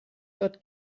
dort